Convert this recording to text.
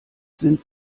sind